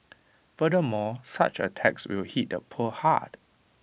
furthermore such A tax will hit the poor hard